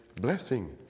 blessing